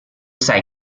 sai